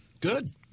good